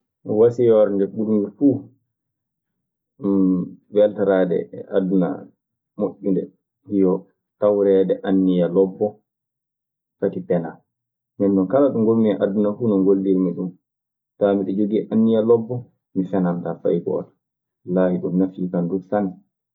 Wasiyawal nde ɓurmi fuu, weltoraade e aduna moƴƴunde, yo tawreede anniya lobbo, fati penaa. Ndeen non kala ɗo ngommi e aduna fuu no ngollirmi ɗun faa meɗe jogii anniya lobbo, mi fenantaa fay gooto wallaaahi ɗun nafii kan duu sanne.